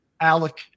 Alec